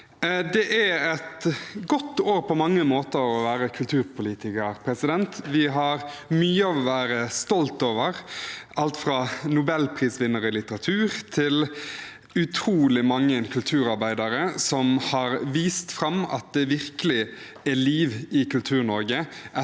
måter et godt år å være kulturpolitiker i. Vi har mye å være stolt over, alt fra en nobelprisvinner i litteratur til utrolig mange kulturarbeidere som har vist fram at det virkelig er liv i Kultur-Norge,